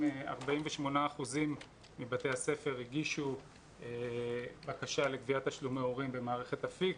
48% מבתי הספר הגישו בקשה לקביעת תשלומי הורים במערכת אפיק.